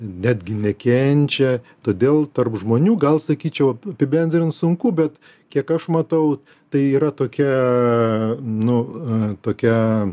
netgi nekenčia todėl tarp žmonių gal sakyčiau apibendrint sunku bet kiek aš matau tai yra tokia nu tokia